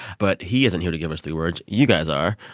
but he isn't here to give us three words you guys are.